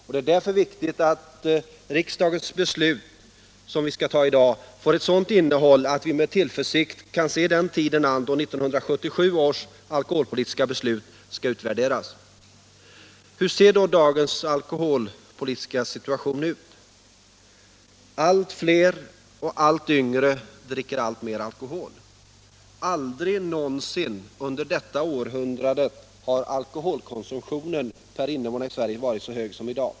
Därför är det viktigt att det riksdagsbeslut som vi skall ta i dag får ett sådant innehåll att vi med tillförsikt kan se den tiden an då 1977 års alkoholpolitiska beslut skall utvärderas. Hur ser då dagens alkoholpolitiska situation ut? Allt fler och allt yngre dricker alltmer alkohol. Aldrig någonsin tidigare under detta århundrade har alkoholkonsumtionen per invånare i Sverige varit så hög som i dag.